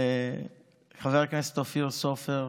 וחבר הכנסת אופיר סופר,